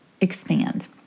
expand